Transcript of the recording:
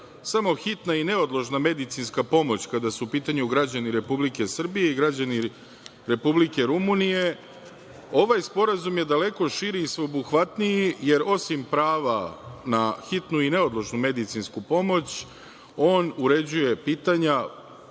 samo hitna i neodložna medicinska pomoć kada su u pitanju građani Republike Srbije i građani Republike Rumunije, ovaj sporazum je daleko širi i sveobuhvatniji, jer osim prava na hitnu i neodložnu medicinsku pomoć on uređuje pitanja